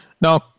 Now